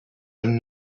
and